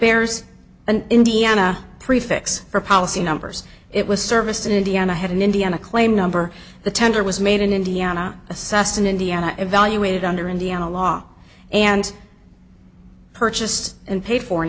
bears an indiana prefix for policy numbers it was serviced in indiana had an indiana claim number the tender was made in indiana assassin indiana evaluated under indiana law and purchased and paid for